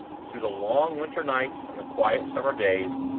through the long winter nights and the quiet summer days,